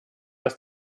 ist